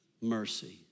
mercy